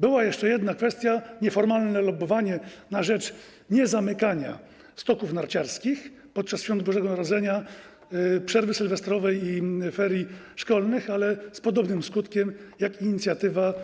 Była jeszcze jedna kwestia - nieformalne lobbowanie na rzecz niezamykania stoków narciarskich podczas świąt Bożego Narodzenia, przerwy sylwestrowej i ferii szkolnych, ale z podobnym skutkiem jak inicjatywa